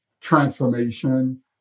transformation